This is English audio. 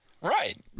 Right